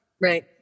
Right